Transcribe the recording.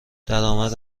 درآمد